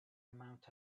amount